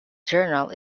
journal